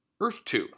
Earth-2